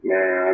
Man